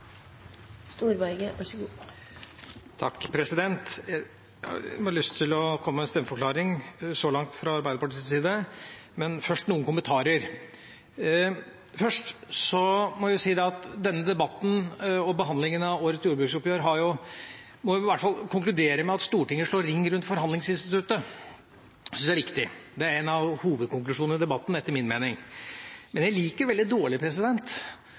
Jeg har lyst til å komme med en stemmeforklaring så langt fra Arbeiderpartiets side, men først noen kommentarer. Først må jeg si at etter denne debatten og behandlingen av årets jordbruksoppgjør må vi i hvert fall konkludere med at Stortinget slår ring om forhandlingsinstituttet. Det syns jeg er riktig. Det er en av hovedkonklusjonene i debatten, etter min mening. Men jeg liker veldig dårlig